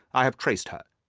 i have traced her.